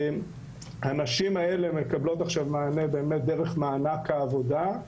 הנשים האלה מקבלות עכשיו מענה באמצעות מענק העבודה,